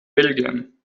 belgien